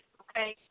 okay